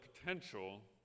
potential